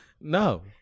No